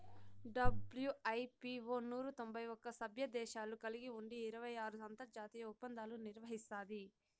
WIPO నూరు తొంభై ఒక్క సభ్యదేశాలు కలిగి ఉండి ఇరవై ఆరు అంతర్జాతీయ ఒప్పందాలు నిర్వహిస్తాది